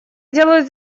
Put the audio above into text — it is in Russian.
сделаю